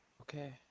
okay